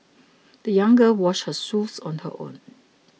the young girl washed her shoes on her own